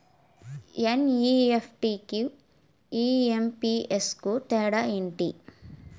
NEFT కు IMPS కు తేడా ఎంటి?